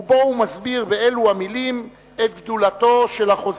ובו הוא מסביר באלו המלים את גדולתו של החוזה: